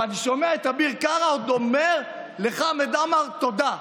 ואני שומע את אביר קארה עוד אומר לחמד עמאר תודה.